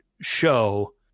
show